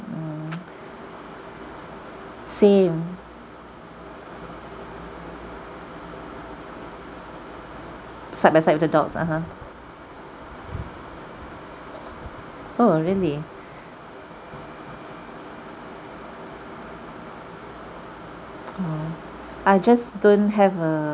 same side by side with the dogs (uh huh) oh really oh I just don't have err